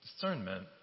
discernment